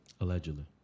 allegedly